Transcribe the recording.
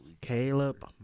Caleb